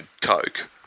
Coke